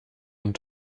und